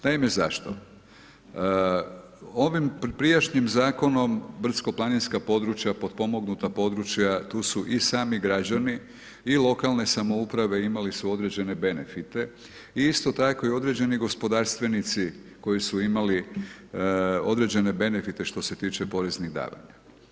Naime, zašto, ovim prijašnjim zakonom brdsko planinska područja, potpomognuta područja, tu su i sami građani i lokalne samouprave imali su određene benefite i isto tako i određeni gospodarstvenici koji su imali određene benefite što se tiče poreznih davanja.